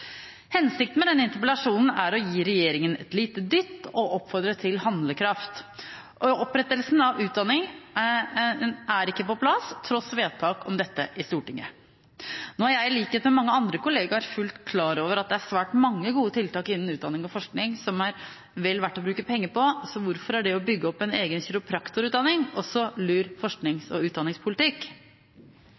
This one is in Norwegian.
Hensikten med denne interpellasjonen er å gi regjeringen en liten dytt og oppfordre til handlekraft. Opprettelsen av utdanningen er ikke på plass, tross vedtak om dette i Stortinget. Nå er jeg i likhet med mange andre kolleger fullt klar over at det er svært mange gode tiltak innen utdanning og forskning som er vel verdt å bruke penger på. Så hvorfor er det å bygge opp en egen kiropraktorutdanning også lur forsknings- og utdanningspolitikk?